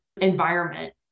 environment